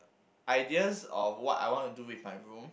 ideas of what I want to do with my room